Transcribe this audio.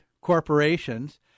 corporations